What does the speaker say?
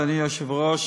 אדוני היושב-ראש.